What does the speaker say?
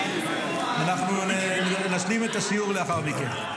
אנחנו נשלים את השיעור לאחר מכן.